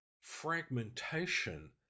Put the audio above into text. fragmentation